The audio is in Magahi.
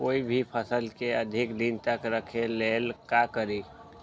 कोई भी फल के अधिक दिन तक रखे के ले ल का करी?